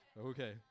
okay